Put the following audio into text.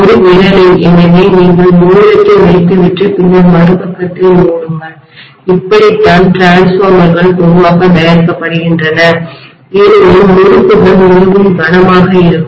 ஒரு விரலில் எனவே நீங்கள் மோதிரத்தை வைத்துவிட்டு பின்னர் மறுபக்கத்தை மூடுங்கள் இப்படிதான் மின்மாற்றிகள்டிரான்ஸ்ஃபார்மர்கள் பொதுவாக தயாரிக்கப்படுகின்றன ஏனெனில் முறுக்குகள் மிகவும் கனமாக இருக்கும்